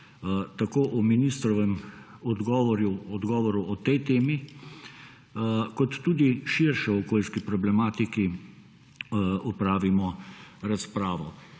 tako o ministrovem odgovoru o tej temi kot tudi širši okoljski problematiki opravimo razpravo.